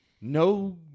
No